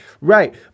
right